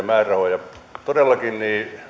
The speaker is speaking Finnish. määrärahoja todellakin